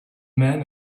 man